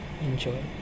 enjoy